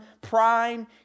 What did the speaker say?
prime